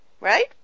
Right